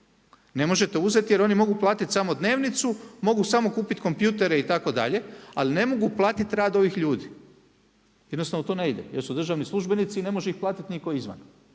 ne možete uzeti, jer oni mogu platiti samo dnevnicu, mogu samo kupiti kompjutere itd., ali ne mogu platiti rad ovih ljudi. Jednostavno to ne ide, jer su državni službenici i ne može ih platiti nitko izvan.